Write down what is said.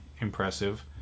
impressive